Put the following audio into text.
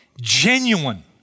genuine